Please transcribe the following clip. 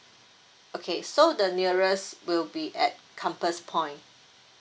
okay so the nearest will be at compass point